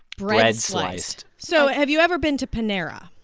bread sliced so have you ever been to panera?